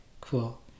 cool